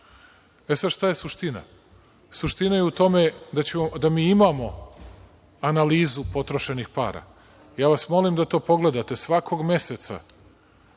E sad, šta je suština? Suština je u tome da mi imamo analizu potrošenih para. Ja vas molim da to pogledate. Svakog meseca